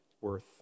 worth